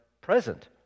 present